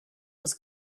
was